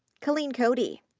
colleen coady,